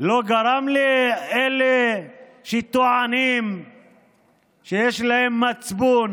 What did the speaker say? לא גרם לאלה שטוענים שיש להם מצפון